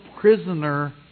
prisoner